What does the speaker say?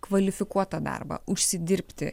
kvalifikuotą darbą užsidirbti